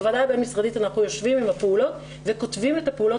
בוועדה הבין משרדית אנחנו יושבים עם הפעולות וכותבים את הפעולות